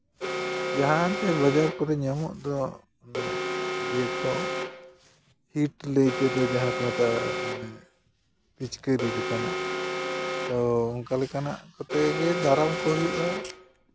ᱡᱟᱦᱟᱸᱛᱮ ᱵᱟᱡᱟᱨ ᱠᱚᱨᱮ ᱧᱟᱢᱚᱜ ᱫᱚ ᱚᱱᱟ ᱤᱭᱟᱹ ᱠᱚ ᱦᱤᱴ ᱞᱟᱹᱭ ᱛᱮᱫᱚ ᱡᱟᱦᱟᱸ ᱠᱚ ᱢᱮᱛᱟᱜᱼᱟ ᱯᱤᱪᱠᱟᱹᱨᱤ ᱞᱮᱠᱟᱱᱟᱜ ᱛᱚ ᱚᱱᱠᱟ ᱞᱮᱠᱟᱱᱟᱜ ᱠᱚᱛᱮ ᱜᱮ ᱫᱟᱨᱟᱢ ᱠᱚ ᱦᱩᱭᱩᱜᱼᱟ